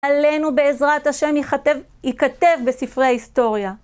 עלינו בעזרת השם ייכתב בספרי ההיסטוריה.